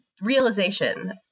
realization